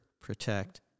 protect